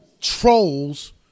trolls